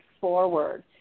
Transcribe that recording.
forward